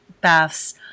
baths